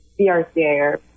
BRCA